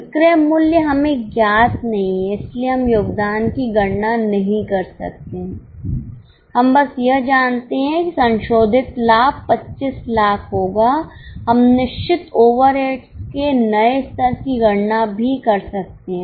विक्रय मूल्य हमें ज्ञात नहीं है इसलिए हम योगदान की गणना नहीं कर सकते हैं हम बस यह जानते हैं कि संशोधित लाभ 2500000 होगा हम निश्चित ओवरहेड्स के नए स्तर की गणना भी कर सकते हैं